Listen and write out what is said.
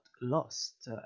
lost